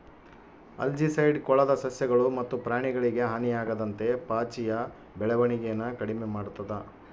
algicide ಕೊಳದ ಸಸ್ಯಗಳು ಮತ್ತು ಪ್ರಾಣಿಗಳಿಗೆ ಹಾನಿಯಾಗದಂತೆ ಪಾಚಿಯ ಬೆಳವಣಿಗೆನ ಕಡಿಮೆ ಮಾಡ್ತದ